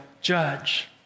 judge